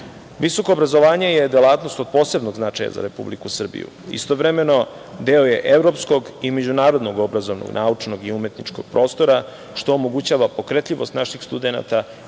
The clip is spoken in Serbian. Visoko obrazovanje je delatnost od posebnog značaja za Republiku Srbiju. Istovremeno deo je evropskog i međunarodnog obrazovnog, naučnog i umetničkog prostora, što omogućava pokretljivost naših studenata